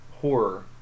horror